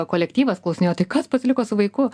kolektyvas klausinėjo tai kas pasiliko su vaiku